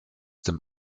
dem